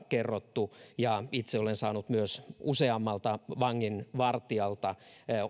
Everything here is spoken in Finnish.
kerrottu ja itse olen saanut myös useammalta vanginvartijalta